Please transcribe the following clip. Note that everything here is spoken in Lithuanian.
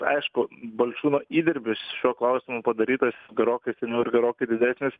aišku balčiūno įdirbis šiuo klausimu padarytas gerokai seniau ir gerokai didesnis